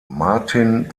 martin